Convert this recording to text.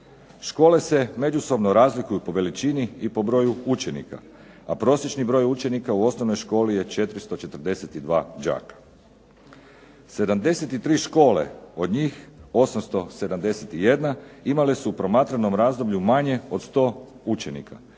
Škole se međusobno razlikuju po veličini i po broju učenika, a prosječni broj učenika u osnovnoj školi je 442 đaka. 73 škole od njih 871 imale su u promatranom razdoblju manje od 100 učenika,